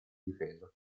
difesa